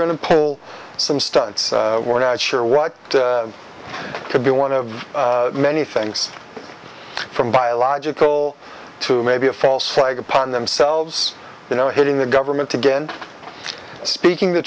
going to pull some stunts we're not sure what could be one of many things from biological to maybe a false flag upon themselves you know hitting the government again speaking the